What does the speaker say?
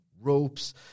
ropes